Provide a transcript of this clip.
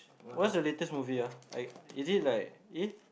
what's the latest movie ah I is it like eh